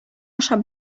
ашап